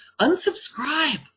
unsubscribe